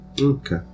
Okay